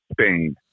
Spain